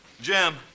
Jim